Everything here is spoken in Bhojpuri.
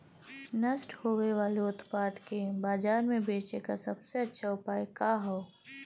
नष्ट होवे वाले उतपाद के बाजार में बेचे क सबसे अच्छा उपाय का हो?